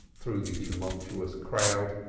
through the tumultuous crowd,